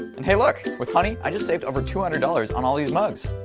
and hey look with honey i just saved over two hundred dollars on all these mugs.